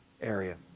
area